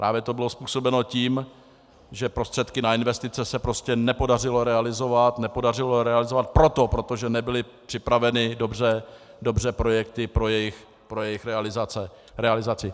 Právě to bylo způsobeno tím, že prostředky na investice se prostě nepodařilo realizovat, nepodařilo realizovat proto, protože nebyly připraveny dobře projekty pro jejich realizaci.